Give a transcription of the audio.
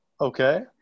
Okay